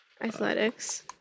athletics